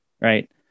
right